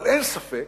אבל אין ספק